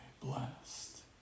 blessed